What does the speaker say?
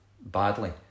badly